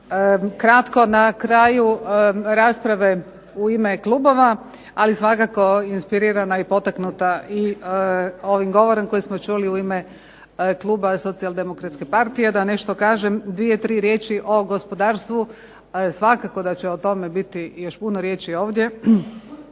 na kraju rasprave u ime klubova ali svakako inspirirana i potaknuta ovim govorom koji smo čuli u ime kluba SDA-a da nešto kažem dvije, tri riječi o gospodarstvu. Svakako da će biti još puno riječi ovdje,